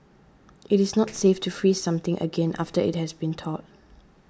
it is not safe to freeze something again after it has been thawed